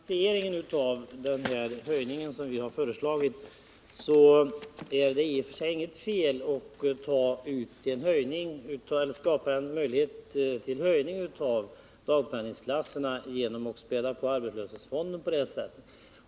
Herr talman! När det gäller finansieringen av den ökning vi föreslagit, så är det inget fel att skapa en möjlighet till en höjning av dagpenningklasserna genom att späda på arbetslöshetsfonden på det här sättet.